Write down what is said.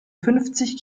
fünfzig